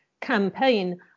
campaign